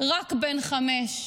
רק בן חמש,